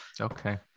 Okay